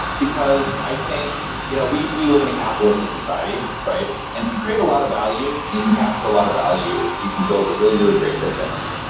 because i think you know we we live in a capitalistic society, right? if you create a lot of value and you can capture a lot of value, you can build a really, really great business.